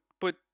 put